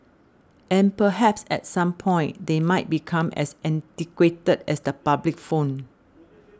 and perhaps at some point they might become as antiquated as the public phone